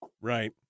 Right